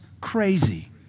crazy